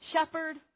shepherd